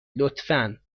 لطفا